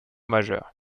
majeure